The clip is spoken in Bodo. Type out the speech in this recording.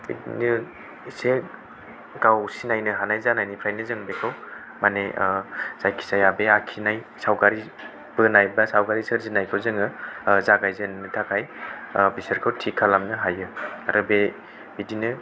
बेबादिनो इसे गाव सिनायनो हानाय जानायनिफ्रायनो जों बेखौ माने जायखि जाया बे आखिनाय सावगारि बोनाय बा सावगारि सोरजिनायखौ जोङो जागायजेननो थाखाय बिसोरखौ थि खालामनो हायो आरो बे बिदिनो